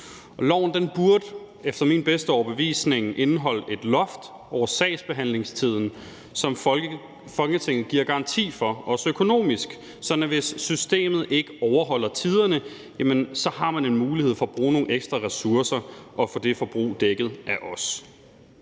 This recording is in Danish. Loven burde efter min bedste overbevisning indeholde et loft over sagsbehandlingstiden, som Folketinget giver garanti for, også økonomisk, sådan at man, hvis systemet ikke overholder tiderne, har en mulighed for at bruge nogle ekstra ressourcer og få det forbrug dækket af os.